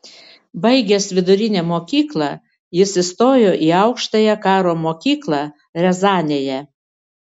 baigęs vidurinę mokyklą jis įstojo į aukštąją karo mokyklą riazanėje